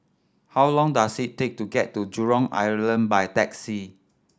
how long does it take to get to Jurong Island by taxi